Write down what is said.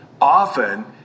often